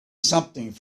something